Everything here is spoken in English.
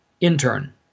intern